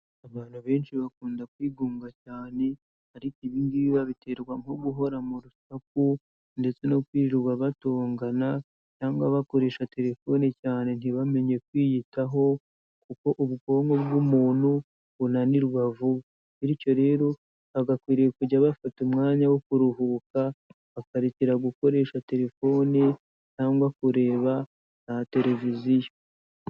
Abantu benshi bakunda kwigunga cyane ariko ibi ngibi babiterwa no guhora mu rusaku ndetse no kwirirwa batongana cyangwa bakoresha telefone cyane ntibamenye kwiyitaho kuko ubwonko bw'umuntu bunanirwa vuba bityo rero bagakwiriye kujya bafata umwanya wo kuruhuka, bakarekera gukoresha telefone cyangwa kureba za televiziyo.